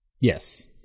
yes